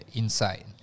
inside